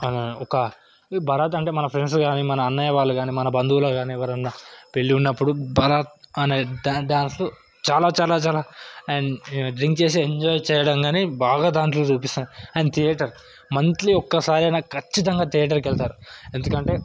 ఒక బరాత్ అంటే మన ఫ్రెండ్స్ కానీ మన అన్నయ్య వాళ్ళు కానీ మన బంధువుల్లో కానీ ఎవరన్నా పెళ్ళి ఉన్నప్పుడు బరాత్ అనే డా డ్యాన్స్లు చాలా చాలా చాలా అండ్ డ్రింక్ చేసి ఎంజాయ్ చేయడం కానీ బాగా దాంట్లో చూపిస్తారు అండ్ థియేటర్ మంత్లీ ఒక్కసారైనా ఖచ్చితంగా థియేటర్కి వెళ్తారు ఎందుకంటే